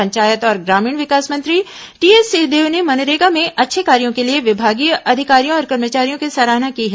पंचायत और ग्रामीण विकास मंत्री टीएस सिंहदेव ने मनरेगा में अच्छे कार्यों के लिए विभागीय अधिकारियों और कर्मचारियों की सराहना की है